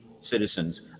citizens